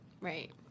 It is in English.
Right